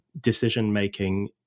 decision-making